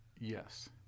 Yes